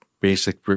basic